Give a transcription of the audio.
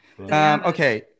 Okay